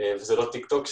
אינסטגרם או טיק טוק,